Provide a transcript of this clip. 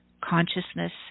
consciousness